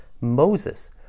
Moses